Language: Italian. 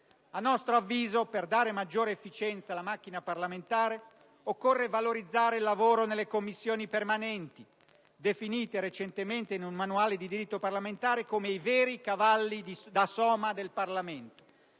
A nostro avviso, per dare maggiore efficienza alla macchina parlamentare, occorre valorizzare il lavoro nelle Commissioni permanenti, definite recentemente in un manuale di diritto parlamentare come i veri cavalli da soma del Parlamento.